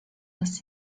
dass